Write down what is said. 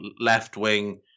left-wing